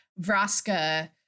vraska